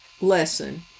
lesson